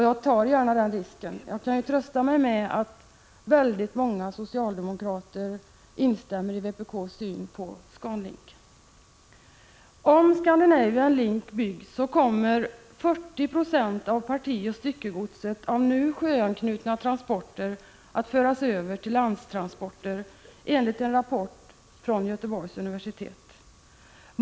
Jag tar gärna den risken. Jag kan ju trösta mig med att många socialdemokrater instämmer i vpk:s syn på ScanLink. Om Scandinavian Link byggs kommer 40 96 av partioch styckegodset av nu sjöanknutna transporter att föras över till landtransporter enligt en rapport från Göteborgs universitet.